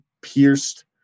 pierced